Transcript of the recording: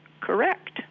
correct